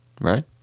right